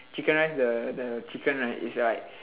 chicken rice the the chicken right is like